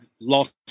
lost